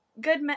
good